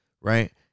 right